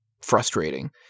frustrating